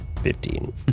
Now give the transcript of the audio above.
fifteen